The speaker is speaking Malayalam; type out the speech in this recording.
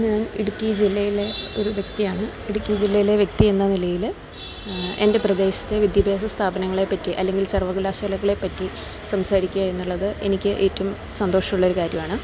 ഞാൻ ഇടുക്കി ജില്ലയിലെ ഒരു വ്യക്തിയാണ് ഇടുക്കി ജില്ലയിലെ വ്യക്തി എന്ന നിലയില് എൻ്റെ പ്രദേശത്തെ വിദ്യാഭ്യാസ സ്ഥാപനങ്ങളെപ്പറ്റി അല്ലെങ്കിൽ സർവകലാശാലകളെപ്പറ്റി സംസാരിക്കുക എന്നുള്ളത് എനിക്ക് ഏറ്റവും സന്തോഷമുള്ളൊരു കാര്യമാണ്